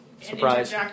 Surprise